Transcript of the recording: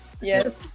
Yes